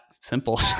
simple